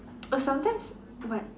err sometimes what